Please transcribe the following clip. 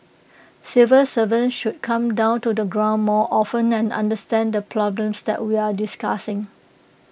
civil servants should come down to the ground more often and understand the problems that we're discussing